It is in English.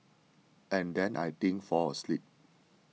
and then I think fell asleep